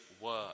work